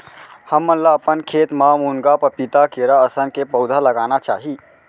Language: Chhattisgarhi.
हमन ल अपन खेत म मुनगा, पपीता, केरा असन के पउधा लगाना चाही